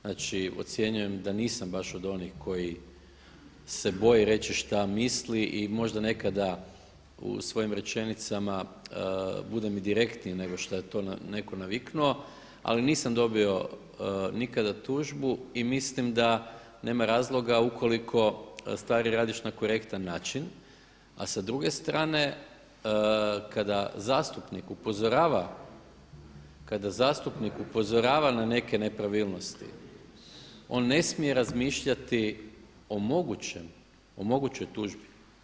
Znači, ocjenjujem da nisam baš od onih koji se boje reći šta misle i možda nekada u svojim rečenicama budem i direktniji nego što je to netko naviknuo ali nisam dobio nikada tužbu i mislim da nema razloga ukoliko stvari radiš na korektan način a sa druge strane kada zastupnik upozorava na neke nepravilnosti on ne smije razmišljati o mogućoj tužbi.